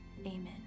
amen